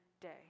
day